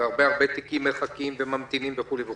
והרבה תיקים מחכים וממתינים וכולי.